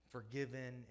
Forgiven